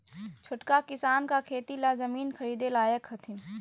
छोटका किसान का खेती ला जमीन ख़रीदे लायक हथीन?